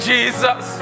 Jesus